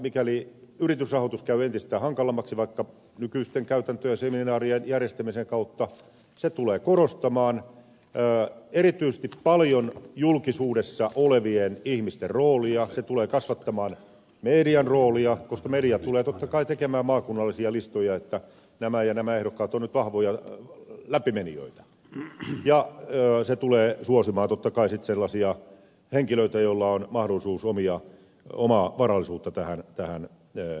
mikäli yritysrahoitus käy entistä hankalammaksi vaikka nykyisten käytäntöjen kuten seminaarien järjestämisen kautta se tulee korostamaan erityisesti paljon julkisuudessa olevien ihmisten roolia se tulee kasvattamaan median roolia koska media tulee totta kai tekemään maakunnallisia listoja että nämä ja nämä ehdokkaat ovat nyt vahvoja läpimenijöitä ja se tulee suosimaan totta kai sellaisia henkilöitä joilla on mahdollisuus omaa varallisuutta tähän laittaa